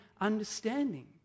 understanding